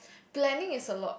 planning is a lot